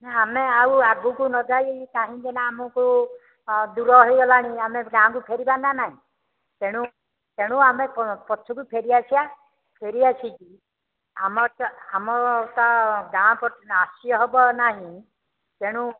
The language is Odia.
ନା ଆମେ ଆଉ ଆଗକୁ ନଯାଇ କାହିଁକିନା ଆମକୁ ଦୂର ହେଇଗଲାଣି ଆମେ ଗାଁ'କୁ ଫେରିବା ନା ନାଇଁ ତେଣୁ ତେଣୁ ଆମେ ପଛକୁ ଫେରି ଆସିବା ଫେରି ଆସିକି ଆମର ଆମର ତ ଗାଁ ପଟକୁ ଆସି ହେବ ନାଇଁ ତେଣୁ